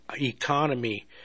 economy